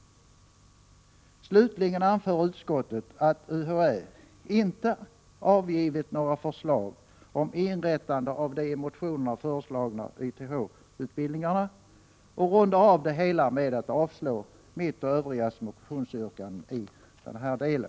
Slutligen anför utskottet att UHÄ inte har avgivit några förslag om inrättande av de i motionerna föreslagna YTH-utbildningarna och rundar av det hela med att avslå mitt motionsyrkande, liksom övrigas motionsyrkanden, i denna del.